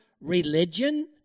religion